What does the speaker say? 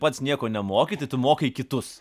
pats nieko nemokyti tu mokai kitus